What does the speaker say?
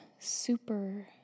super